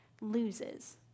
loses